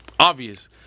Obvious